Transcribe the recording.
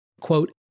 Quote